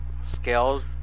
scaled